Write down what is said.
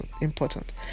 important